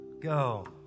go